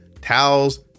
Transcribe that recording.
towels